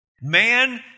Man